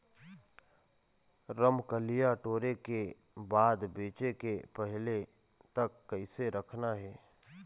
रमकलिया टोरे के बाद बेंचे के पहले तक कइसे रखना हे?